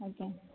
ଆଜ୍ଞା